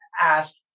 ask